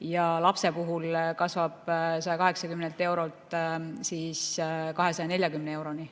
ja lapse puhul kasvab 180 eurolt 240 euroni.